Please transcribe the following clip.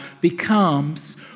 becomes